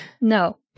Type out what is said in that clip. no